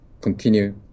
continue